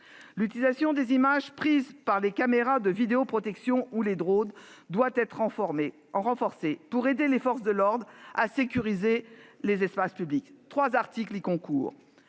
L'utilisation des images prises par les caméras de vidéoprotection ou les drones doit être renforcée pour aider les forces de l'ordre à sécuriser les espaces publics ; trois articles y concourent.